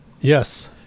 Yes